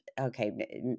okay